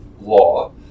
law